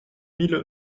mille